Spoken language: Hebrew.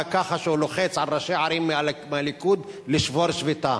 כשהוא לוחץ על ראשי ערים מהליכוד לשבור שביתה.